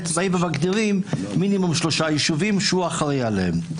מגדירים מינימום שלושה יישובים שהוא אחראי עליהם.